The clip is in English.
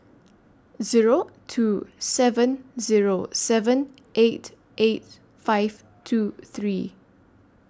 Zero two seven Zero seven eight eight five two three